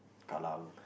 Kallang